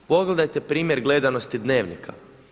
Pogledajte primjer gledanosti Dnevnika.